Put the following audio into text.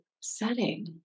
setting